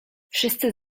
wszyscy